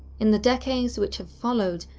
in the decades which have followed,